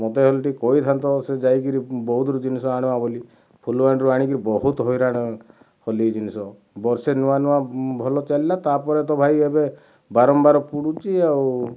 ମୋତେ ହେଲେ ଟିକେ କହିଥାନ୍ତ ସେ ଯାଇକରି ବୌଦ୍ଧରୁ ଜିନିଷ ଆଣବା ବୋଲି ଫୁଲବାଣୀରୁ ଆଣିକି ବହୁତ ହଇରାଣ ହେଲି ଏଇ ଜିନିଷ ବର୍ଷେ ନୂଆ ନୂଆ ଭଲ ଚାଲିଲା ତା ପରେ ତ ଭାଇ ଏବେ ବାରମ୍ବାର ପୋଡ଼ୁଛି ଆଉ